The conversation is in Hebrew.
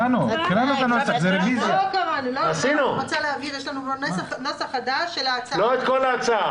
יש לנו נוסח חדש של ההצעה.